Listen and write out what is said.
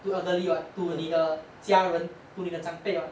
the elderly [what] to 你的家人 to 你的长辈 [what]